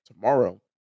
tomorrow